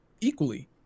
equally